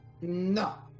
No